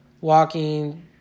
Walking